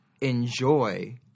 enjoy